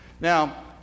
Now